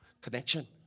connection